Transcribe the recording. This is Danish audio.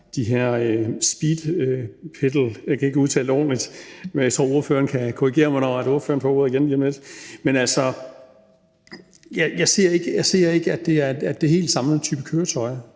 de her speedpedelec – jeg kan ikke udtale det ordentligt, men jeg tror ordføreren kan korrigere mig, når han får ordet igen lige om lidt. Men, altså, jeg ser ikke, at det er helt samme type køretøj.